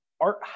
art